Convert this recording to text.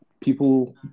people